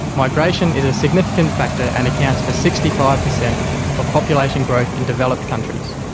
migration is a significant factor and accounts for sixty five percent of population growth in developed countries.